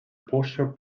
posher